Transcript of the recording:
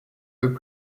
peu